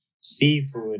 seafood